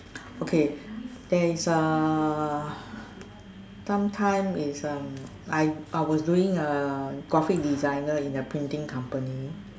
okay there is uh sometime is uh I I was doing a graphic designer in a printing company